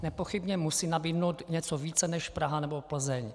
Nepochybně musí nabídnout něco více než Praha nebo Plzeň.